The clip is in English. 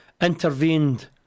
intervened